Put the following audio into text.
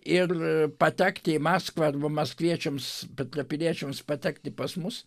ir patekti į maskvą arba maskviečiams petrapiliečiams patekti pas mus